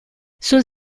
sul